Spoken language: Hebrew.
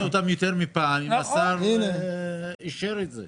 שמעתי ששאלת אותם יותר מפעם אם השר אישר את זה.